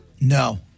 No